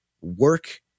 work